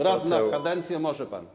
Raz na kadencję może pan.